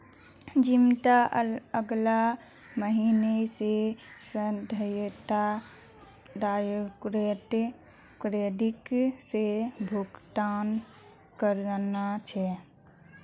जिमत अगला महीना स सदस्यक डायरेक्ट क्रेडिट स भुक्तान करना छ